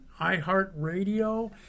iHeartRadio